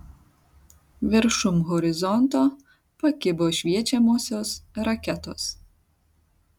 viršum horizonto pakibo šviečiamosios raketos